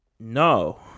no